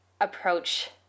approach